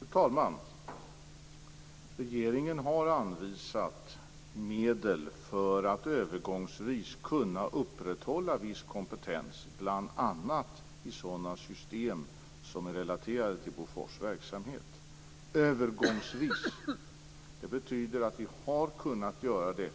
Fru talman! För det första: Regeringen har anvisat medel för att övergångsvis kunna upprätthålla viss kompetens bl.a. i sådana system som är relaterade till Bofors verksamhet. "Övergångsvis" betyder att vi har kunnat göra det.